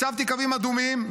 הצגתי קווים אדומים,